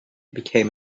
became